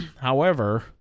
However-